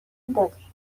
دادیدن